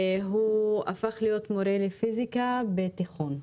הוא הפך להיות מורה לפיזיקה בתיכון.